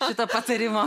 šito patarimo